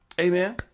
Amen